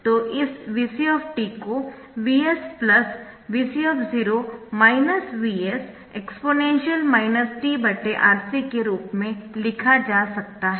तो इस Vc को Vs Vc Vs exp t Rc के रूप में लिखा जा सकता है